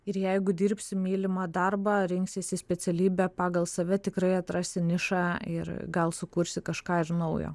ir jeigu dirbsiu mylimą darbą rinksiesi specialybę pagal save tikrai atrasi nišą ir gal sukursi kažką ir naujo